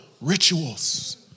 rituals